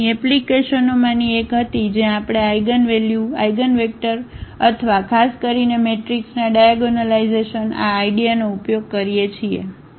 તેથી અહીં એપ્લિકેશનોમાંની એક હતી જ્યાં આપણે આ આઇગનવેલ્યુ આઇગનવેક્ટર અથવા ખાસ કરીને મેટ્રિક્સના ડાયાગોનલાઇઝેશન આ આઇડીયાનો ઉપયોગ કરીએ છીએ